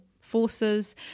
forces